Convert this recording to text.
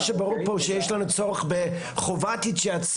מה שברור פה הוא שיש לנו צורך בחובת התייעצות,